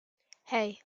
hey